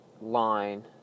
line